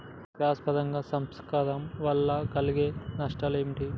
Cross పరాగ సంపర్కం వల్ల కలిగే నష్టాలు ఏమిటి?